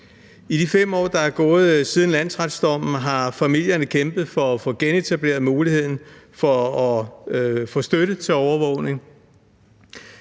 I de 5 år, der er gået siden landsretsdommen, har familierne kæmpet for at få genetableret muligheden for at få støtte til overvågning.